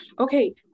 okay